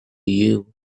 you